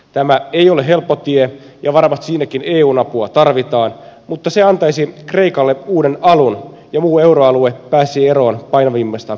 tämä ei ole helppo tie ja varmasti siinäkin eun apua tarvitaan mutta se antaisi kreikalle uuden alun ja muu euroalue pääsisi eroon painavimmasta kiviriipastaan